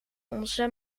onze